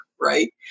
Right